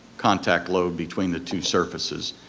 contact load between the two surfaces.